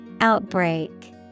Outbreak